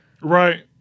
right